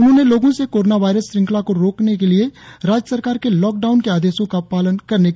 उन्होंने लोगों से कोरोना वायरस श्रंखला को रोड़ने के लिए राज्य सरकार के लॉकडाउन के आदेशों का पाळन करने की अपील की